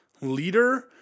leader